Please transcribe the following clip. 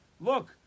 Look